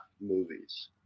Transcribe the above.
movies